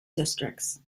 districts